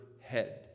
head